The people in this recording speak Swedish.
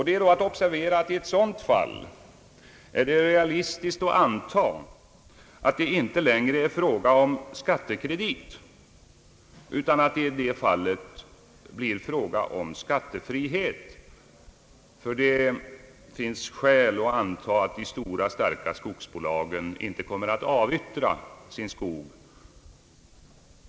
Det är att observera att man i ett sådant fall realistiskt kan anta, att det inte längre är fråga om skattekredit, utan att det i så fall blir skattefrihet, eftersom det finns skäl att anta, att de stora, starka skogsbolagen inte kommer att avyttra sin skog.